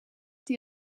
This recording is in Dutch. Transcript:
die